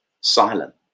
silent